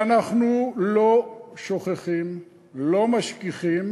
ואנחנו לא שוכחים ולא משכיחים.